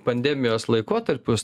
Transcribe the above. pandemijos laikotarpius